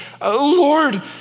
Lord